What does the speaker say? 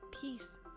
peace